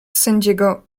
sędziego